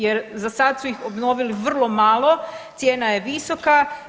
Jer za sad su ih obnovili vrlo malo, cijena je visoka.